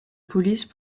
police